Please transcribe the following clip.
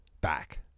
back